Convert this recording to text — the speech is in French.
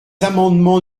amendements